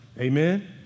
Amen